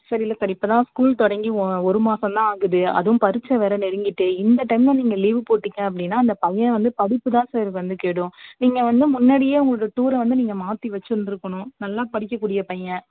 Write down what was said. sir இல்லை sir இப்போதான் school தொடங்கி ஒரு மாசோம்தான் ஆகுது அதுவும் பரிட்சை வேறு நெருங்கிட்டுது இந்த டைமில் நீங்கள் லீவ் போட்டிங்க அப்படினா அந்த பையன் வந்து படிப்புதான் சார் வந்து கெடும் நீங்கள் வந்து முன்னாடியே உங்களுக்கு டூரை வந்து நீங்கள் மாற்றி வச்சுருந்துருக்கணும் நல்லா படிக்க கூடிய பையன்